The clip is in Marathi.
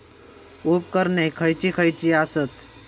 उपकरणे खैयची खैयची आसत?